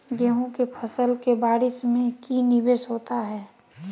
गेंहू के फ़सल के बारिस में की निवेस होता है?